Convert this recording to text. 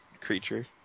creature